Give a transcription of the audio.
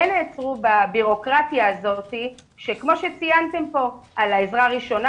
נעצרו בביורוקרטיה הזו שכמו שציינתם פה על העזרה הראשונה,